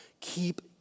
Keep